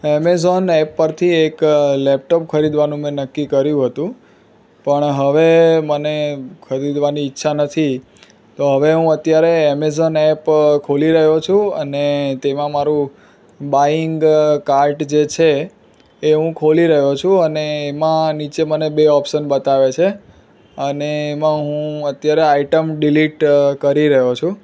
Amazon app પરથી એક laptop ખરીદવાનું મેં નક્કી કર્યું હતું પણ હવે મને ખરીદવાની ઈચ્છા નથી તો હવે હું અત્યારે એમેઝોન એપ ખોલી રહ્યો છું અને તેમાં મારું બાઈંગ કાર્ટ જે છે એ હું ખોલી રહ્યો છું અને એમાં નીચે મને બે ઓપ્સન બતાવે છે અને એમાં હું અત્યારે આઈટમ ડિલીટ કરી રહ્યો છું